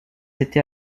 été